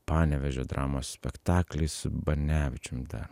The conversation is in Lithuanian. panevėžio dramos spektaklį su banevičium dar